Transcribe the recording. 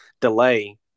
delay